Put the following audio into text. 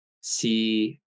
see